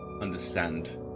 understand